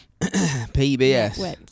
PBS